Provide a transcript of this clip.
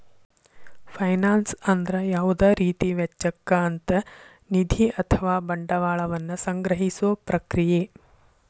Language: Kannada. ಫೈನಾನ್ಸ್ ಅಂದ್ರ ಯಾವುದ ರೇತಿ ವೆಚ್ಚಕ್ಕ ಅಂತ್ ನಿಧಿ ಅಥವಾ ಬಂಡವಾಳ ವನ್ನ ಸಂಗ್ರಹಿಸೊ ಪ್ರಕ್ರಿಯೆ